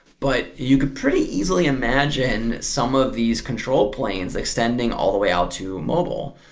but you could pretty easily imagine some of these control planes extending all the way out to mobile,